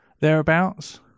Thereabouts